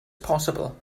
possible